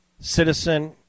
Citizen